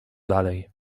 dalej